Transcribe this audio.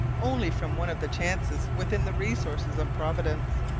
only from one of the chances within the resources of providence.